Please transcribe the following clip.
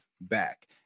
back